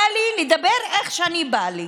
בא לי לדבר איך שבא לי.